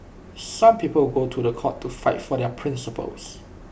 some people go to The Court to fight for their principles